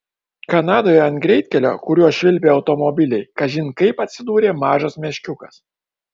kanadoje ant greitkelio kuriuo švilpė automobiliai kažin kaip atsidūrė mažas meškiukas